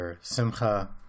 simcha